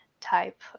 Type